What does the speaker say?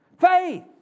Faith